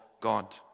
God